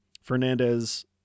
Fernandez